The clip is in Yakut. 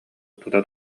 тута